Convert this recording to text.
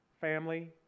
family